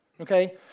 okay